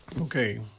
Okay